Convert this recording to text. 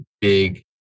big